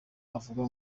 avuga